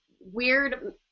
weird